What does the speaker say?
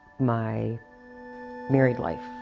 my married life,